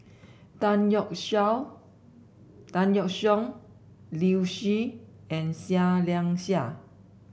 Tan Yeok Tan Yeok Seong Liu Si and Seah Liang Seah